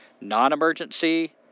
non-emergency